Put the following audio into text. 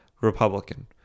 Republican